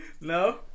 No